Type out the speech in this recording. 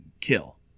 kill